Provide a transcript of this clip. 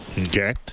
Okay